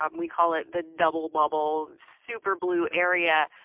um we call it the double bubble, super blue area.